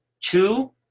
Two